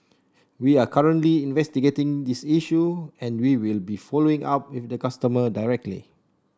we are currently investigating this issue and we will be following up with the customer directly